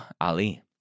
Ali